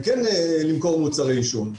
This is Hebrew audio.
לבנאדם כן למכור מוצרי עישון.